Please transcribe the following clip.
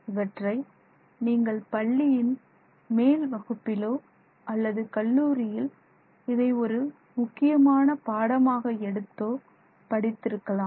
இவற்றை நீங்கள் பள்ளியில் மேல் வகுப்பிலோ அல்லது கல்லூரியில் இதை ஒரு முக்கியமான பாடமாக எடுத்தோ படித்திருக்கலாம்